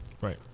Right